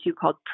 called